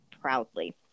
proudly